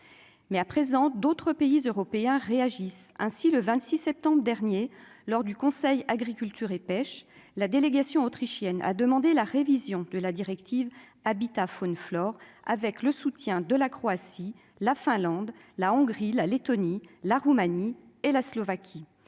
mais à présent, d'autres pays européens réagissent ainsi le 26 septembre dernier lors du conseil Agriculture et Pêche la délégation autrichienne a demandé la révision de la directive Habitat Faune flore avec le soutien de la Croatie, la Finlande, la Hongrie, la Léttonie, la Roumanie et la Slovaquie,